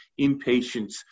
inpatients